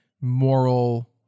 moral